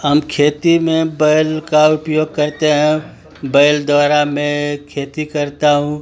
हम खेती में बैल का उपयोग करते हैं बैल द्वारा मैं खेती करता हूँ